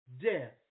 death